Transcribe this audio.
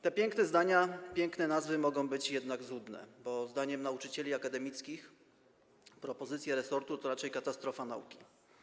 Te piękne zdania, piękne nazwy mogą być jednak złudne, bo zdaniem nauczycieli akademickich propozycja resortu to raczej katastrofa dla nauki.